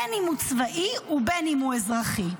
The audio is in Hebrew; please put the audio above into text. בין שהוא צבאי ובין שהוא אזרחי.